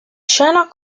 scena